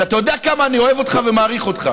שאתה יודע כמה אני אוהב אותך ומעריך אותך.